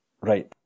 Right